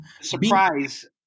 Surprise